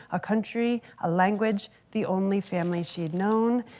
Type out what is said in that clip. a country, a language, the only family she had known,